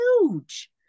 huge